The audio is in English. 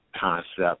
concept